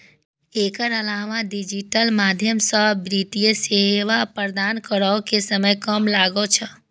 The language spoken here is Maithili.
एकर अलावा डिजिटल माध्यम सं वित्तीय सेवा प्रदान करै मे समय कम लागै छै